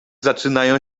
zaczynają